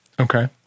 Okay